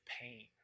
pain